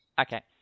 Okay